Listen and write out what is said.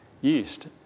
yeast